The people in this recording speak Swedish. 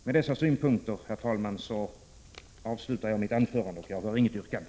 : Med dessa synpunkter, herr talman, avslutar jag mitt anförande. Jag har inget yrkande.